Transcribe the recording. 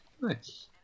Nice